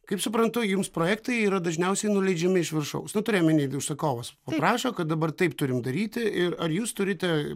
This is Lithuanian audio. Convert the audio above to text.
kaip suprantu jums projektai yra dažniausiai nuleidžiami iš viršaus nu turiu omeny kai užsakovas paprašo kad dabar taip turim daryti ir ar jūs turite